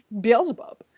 Beelzebub